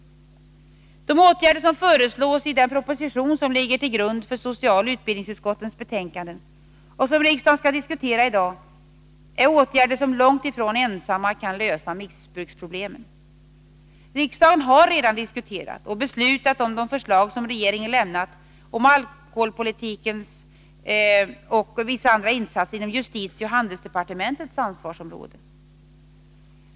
De åtgärder som föreslås i den proposition som ligger till grund för socialoch utbildningsutskottens betänkanden och som riksdagen skall diskutera i dag är åtgärder som ensamma långt ifrån kan lösa missbruksproblemet. Riksdagen har redan diskuterat och beslutat om de förslag som regeringen lämnat om alkoholpolitiken samt om vissa insatser inom justitieoch handelsdepartementens ansvarsområden.